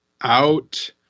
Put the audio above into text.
out